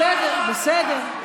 בסדר.